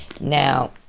Now